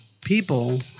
people